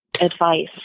advice